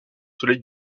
soleil